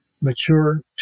mature